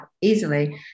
easily